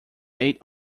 eight